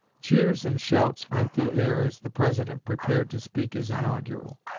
cheers and shouts rent the air as the president prepared to speak his inaugural.